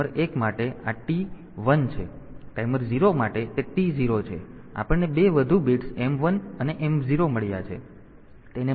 તેથી ટાઈમર 1 માટે આ ટી T 1 છે ટાઈમર 0 માટે તે T 0 છે તો આપણને 2 વધુ બિટ્સ m 1 અને m 0 મળ્યા છે